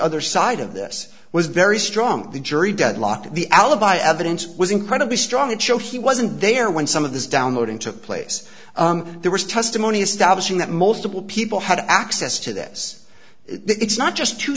other side of this was very strong the jury deadlocked the alibi evidence was incredibly strong and show he wasn't there when some of this downloading took place there was testimony establishing that multiple people had access to this it's not just two